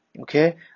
Okay